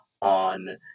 on